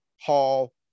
Hall